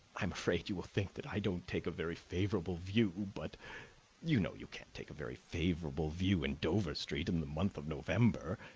i am afraid you will think that i don't take a very favorable view but you know you can't take a very favorable view in dover street in the month of november.